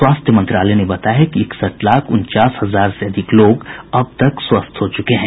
स्वास्थ्य मंत्रालय ने बताया है कि इकसठ लाख उनचास हजार से अधिक लोग अब तक स्वस्थ हो चुके हैं